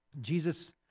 Jesus